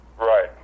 Right